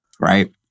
Right